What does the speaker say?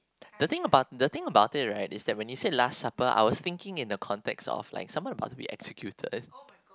the thing about the thing about it right is when you said last supper I was thinking in the context of someone must be executed